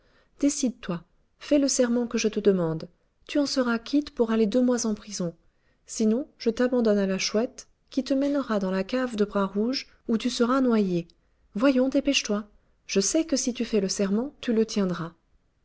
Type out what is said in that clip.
décide-toi fais le serment que je te demande tu en seras quitte pour aller deux mois en prison sinon je t'abandonne à la chouette qui te mènera dans la cave de bras rouge où tu seras noyée voyons dépêche-toi je sais que si tu fais le serment tu le tiendras